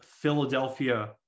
Philadelphia